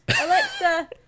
alexa